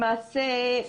למעשה,